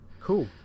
Cool